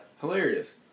Hilarious